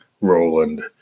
roland